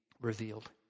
revealed